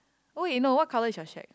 !oi! no what colour is your shack